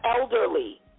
elderly